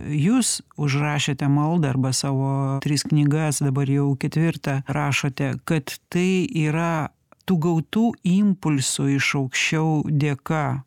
jūs užrašėte maldą arba savo tris knygas dabar jau ketvirtą rašote kad tai yra tų gautų impulsų iš aukščiau dėka